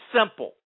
simple